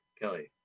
kelly